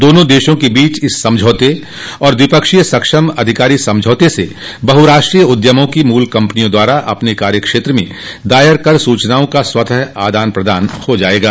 दोनों देशों के बीच इस समझौते और द्विपक्षीय सक्षम अधिकारी समझौते से बहुराष्ट्रीय उद्यमा की मूल कम्पनियों द्वारा अपने कार्य क्षत्र में दायर कर सूचनाओं का स्वतः आदान प्रदान हो जाएगा